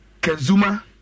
Kenzuma